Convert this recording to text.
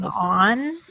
on